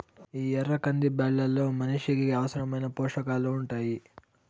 ఈ ఎర్ర కంది బ్యాళ్ళలో మనిషికి అవసరమైన పోషకాలు ఉంటాయి